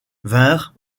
vinrent